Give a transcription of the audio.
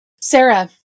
Sarah